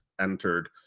entered